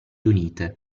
unite